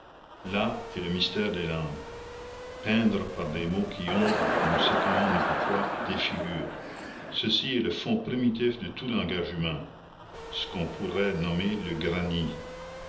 là est le mystère des langues peindre par des mots qui ont on ne sait comment ni pourquoi des figures ceci est le fond primitif de tout langage humain ce qu'on en pourrait nommer le granit